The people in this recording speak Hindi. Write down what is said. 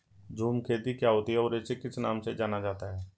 झूम खेती क्या होती है इसे और किस नाम से जाना जाता है?